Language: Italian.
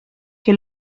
che